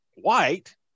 white